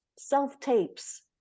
self-tapes